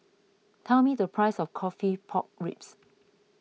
tell me the price of Coffee Pork Ribs